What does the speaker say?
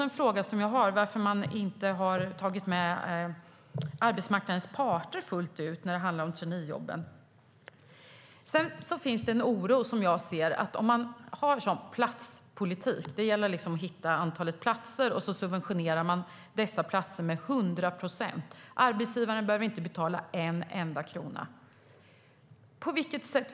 En fråga jag har är varför man inte har tagit med arbetsmarknadens parter fullt ut när det handlar om traineejobben. Jag ser att det finns en oro för att man har en platspolitik, där det gäller att hitta antalet platser och subventionera dem till 100 procent. Arbetsgivaren behöver inte betala en enda krona.